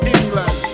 England